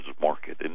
market